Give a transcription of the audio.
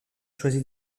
choisi